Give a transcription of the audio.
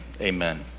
amen